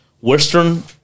Western